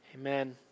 amen